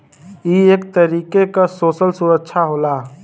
ई एक तरीके क सोसल सुरक्षा होला